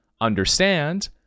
understand